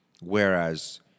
Whereas